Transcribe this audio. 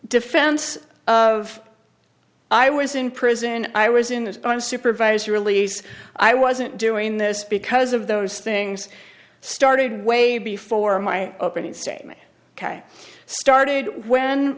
defense of i was in prison i was in the on supervised release i wasn't doing this because of those things started way before my opening statement ok started when